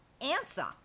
answer